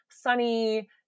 sunny